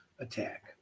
attack